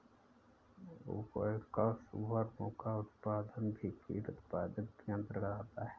waxworm का उत्पादन भी कीट उत्पादन के अंतर्गत आता है